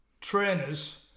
trainers